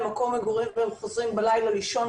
מקום מגורים והם חוזרים בלילה לישון,